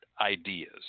ideas